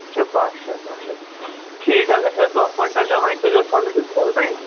اچھا بَہہ شَتھ بَہہ شَتھ ٹھیٖک حظ اَسہِ ٲسۍ دَہ کوینٛٹل نیُن وۄنۍ کٔرۍوُس تھوڑا ڈِسکاونٹٕے